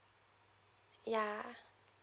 ya